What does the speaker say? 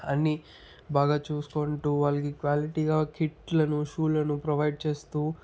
అన్నీ బాగా చూసుకుంటు వాళ్ళకి క్వాలిటీగా కిట్లను షూలను ప్రొవైడ్ చేస్తూ